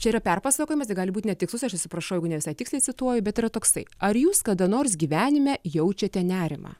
čia yra perpasakojimas tai gali būt netikslus aš atsiprašau jeigu ne visai tiksliai cituoju bet yra toksai ar jūs kada nors gyvenime jaučiate nerimą